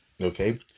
okay